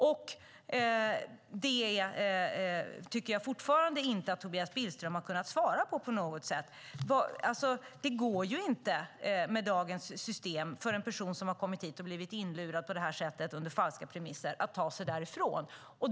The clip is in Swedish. Det tycker jag fortfarande inte att Tobias Billström har kunnat svara på. Med dagens system går det inte för en person som har kommit hit och blivit inlurad på detta sätt under falska premisser att ta sig härifrån.